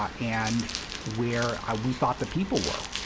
um and where we thought the people were.